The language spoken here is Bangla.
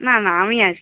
না না আমি আসবো